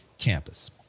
campus